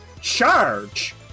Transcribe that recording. charge